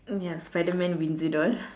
ya spiderman wins it all